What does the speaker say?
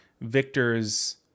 Victor's